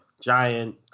giant